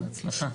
בהצלחה.